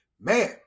Man